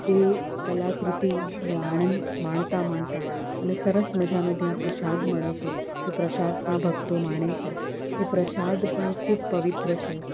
એ કલાકૃતિનો આનંદ માણતા માણતા અને સરસ મજાનું ત્યાં પ્રસાદ મળે છે એ પ્રસાદ પણ ભક્તો માણે છે એ પ્રસાદ પણ ખૂબ પવિત્ર છે